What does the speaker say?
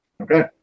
Okay